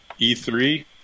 E3